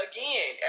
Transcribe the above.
Again